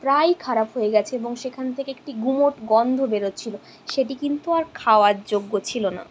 প্রায়ই খারাপ হয়ে গেছে এবং সেখান থেকে একটি গুমোট গন্ধ বেরোচ্ছিলো সেটি কিন্তু আর খাওয়ার যোগ্য ছিল না